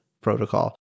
protocol